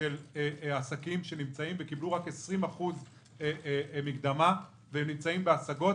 של עסקים שנמצאים וקיבלו רק 20% מקדמה והם נמצאים בהשגות,